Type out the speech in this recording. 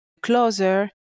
closer